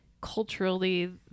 culturally